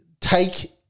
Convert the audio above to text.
take –